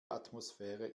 atmosphäre